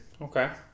okay